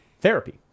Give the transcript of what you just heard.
therapy